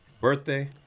birthday